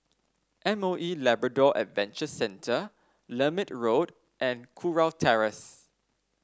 M O E Labrador Adventure Centre Lermit Road and Kurau Terrace